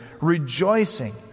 rejoicing